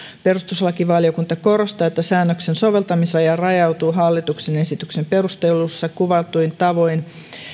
perustuslakivaliokunta korostaa että säännöksen soveltamisala rajautuu hallituksen esityksen perusteluissa kuvatuin tavoin